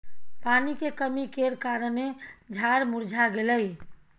पानी के कमी केर कारणेँ झाड़ मुरझा गेलै